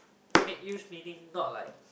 make use meaning not like